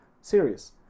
serious